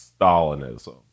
Stalinism